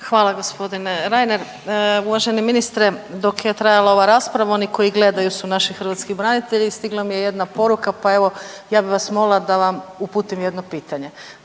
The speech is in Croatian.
Hvala, gospodine. Uvaženi ministre, dok je trajala ova rasprava, oni koji gledaju su naši hrvatski branitelji i stigla mi je jedna poruka pa evo, ja bi vas molila da vam uputim jedno pitanje.